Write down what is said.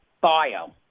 bio